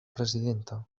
presidenta